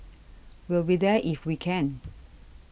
we'll be there if we can